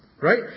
Right